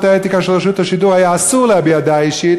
האתיקה של רשות השידור היה אסור להביע דעה אישית,